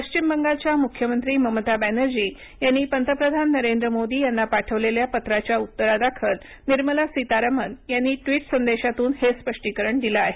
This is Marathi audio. पश्चिम बंगालच्या मुख्यमंत्री ममता बॅनर्जी यांनी पंतप्रधान नरेंद्र मोदी यांना पाठवलेल्या पत्राच्या उत्तरादाखल निर्मला सीतारामन यांनी ट्वीट संदेशांतून हे स्पष्टीकरण दिलं आहे